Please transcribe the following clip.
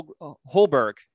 Holberg